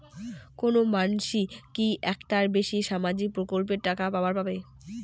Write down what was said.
কোনো মানসি কি একটার বেশি সামাজিক প্রকল্পের টাকা পাবার পারে?